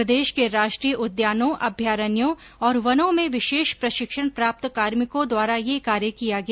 प्रदेश के राष्ट्रीय उद्यानों अभयारण्यों और वनों में विशेष प्रशिक्षण प्राप्त कार्मिकों द्वारा यह कार्य किया गया